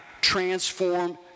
transform